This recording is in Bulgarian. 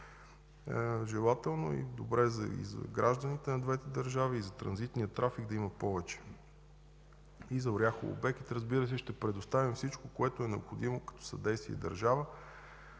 желателно и е добре и за гражданите на двете държави, и за транзитния трафик да има повече и за Оряхово – Бекет, разбира се, ще предоставим всичко, което е необходимо като съдействие и държава.